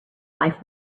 life